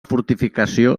fortificació